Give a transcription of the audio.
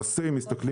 כל חודש.